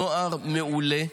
נוער מעולה.